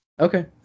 Okay